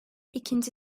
ikinci